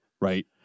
Right